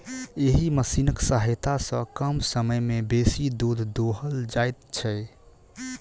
एहि मशीनक सहायता सॅ कम समय मे बेसी दूध दूहल जाइत छै